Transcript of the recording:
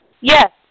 Yes